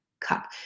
cup